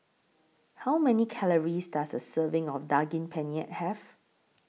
How Many Calories Does A Serving of Daging Penyet Have